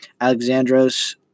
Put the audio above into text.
Alexandros